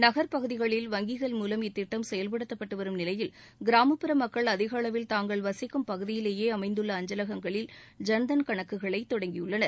நகர் பகுதிகளில் வங்கிகள் மூலம் இத்திட்டம் செயல்படுத்தப்பட்டுவரும் நிலையில் கிராமப்புற மக்கள் அதிகளவில் தாங்கள் வசிக்கும் பகுதியிலேயே அமைந்துள்ள அஞ்சலகங்களில் ஐன்தன் கணக்குகளை தொடங்கியுள்ளனர்